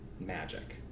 magic